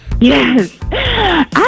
Yes